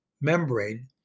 membrane